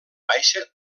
baixa